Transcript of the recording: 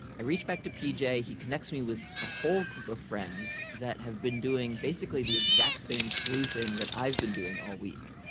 i reached back to p j. he connects me with a whole group of friends that have been doing, basically, the exact same sleuthing that i've been doing all week.